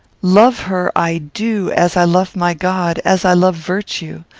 love her i do as i love my god as i love virtue.